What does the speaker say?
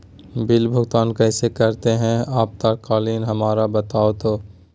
Bill भुगतान कैसे करते हैं आपातकालीन हमरा बताओ तो?